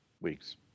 weeks